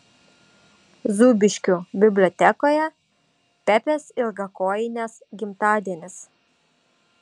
zūbiškių bibliotekoje pepės ilgakojinės gimtadienis